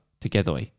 Together